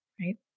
right